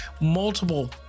multiple